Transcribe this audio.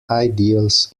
ideals